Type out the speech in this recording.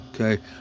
okay